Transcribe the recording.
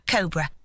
Cobra